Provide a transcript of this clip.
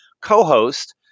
co-host